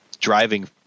driving